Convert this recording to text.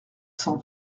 cent